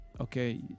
Okay